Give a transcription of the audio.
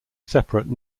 separate